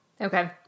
Okay